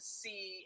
see